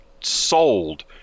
sold